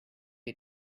you